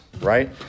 right